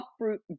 uproot